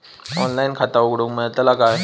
Online खाता उघडूक मेलतला काय?